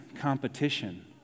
competition